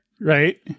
Right